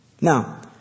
Now